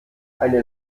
eine